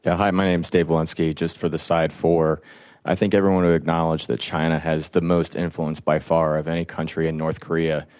hi. my name is dave valenski. just for the side for i think everyone would acknowledge that china has the most influence, by far, of any country in north korea.